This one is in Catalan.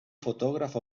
fotògraf